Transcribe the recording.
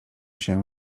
się